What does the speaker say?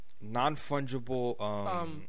Non-fungible